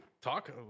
talk